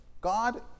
God